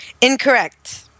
Incorrect